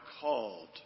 called